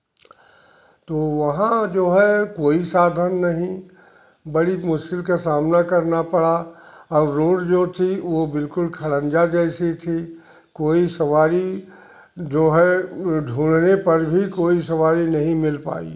तो वहाँ जो है कोई साधन नहीं बड़ी मुश्किल का सामना करना पड़ा और रोड जो थी वह बिल्कुल खरंजा जैसी थी कोई सवारी जो है ढूँढने पर भी कोई सवारी नहीं मिल पाई